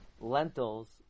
lentils